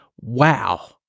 wow